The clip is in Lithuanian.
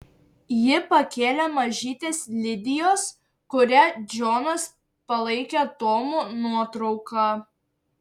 ji pakėlė mažytės lidijos kurią džonas palaikė tomu nuotrauką